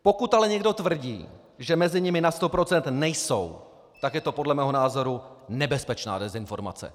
Pokud ale někdo tvrdí, že mezi nimi na 100 % nejsou, tak je to podle mého názoru nebezpečná dezinformace.